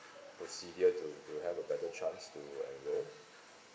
procedure to to have a better chance to enrol